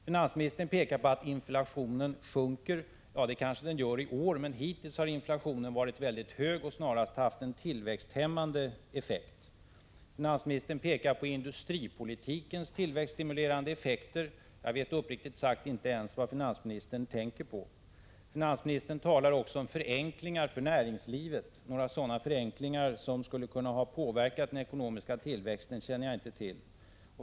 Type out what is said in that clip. Finansministern pekar på att inflationen sjunker. Det kanske den gör i år, men hittills har inflationen varit mycket hög och snarast haft en tillväxthämmande effekt. Finansministern pekar på industripolitikens tillväxtstimulerande effekter. Jag vet uppriktigt sagt inte ens vad finansministern tänker på. Finansministern talar också om förenklingar för näringslivet. Några sådana förenklingar som skulle kunna ha påverkat den ekonomiska tillväxten känner jag inte till.